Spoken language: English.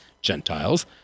Gentiles